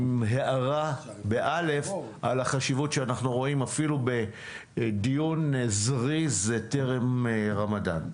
עם הארה על החשיבות שאנחנו רואים אפילו בדיון זריז טרם רמדאן.